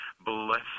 Bless